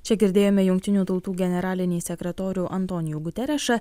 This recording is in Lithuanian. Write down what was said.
čia girdėjome jungtinių tautų generalinį sekretorių antonijų guterešą